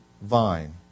vine